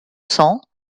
cents